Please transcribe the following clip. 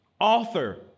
Author